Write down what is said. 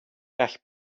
gall